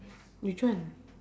which one